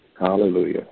Hallelujah